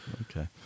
Okay